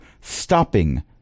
stopping